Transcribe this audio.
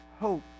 hope